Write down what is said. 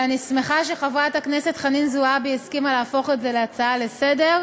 ואני שמחה שחברת הכנסת חנין זועבי הסכימה להפוך אותה להצעה לסדר-היום,